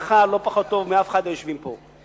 מכיר בהלכה לא פחות טוב מכל אחד מהיושבים פה.